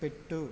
పెట్టు